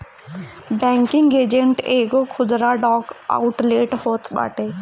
banking agent एगो खुदरा डाक आउटलेट होत बाटे